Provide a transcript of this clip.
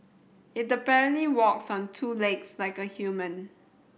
it apparently walks on two legs like a human